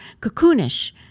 cocoonish